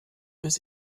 bis